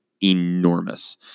enormous